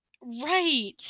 Right